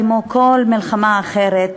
כמו כל מלחמה אחרת,